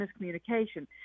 miscommunication